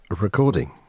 recording